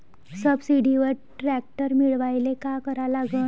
सबसिडीवर ट्रॅक्टर मिळवायले का करा लागन?